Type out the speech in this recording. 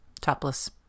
topless